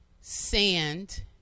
sand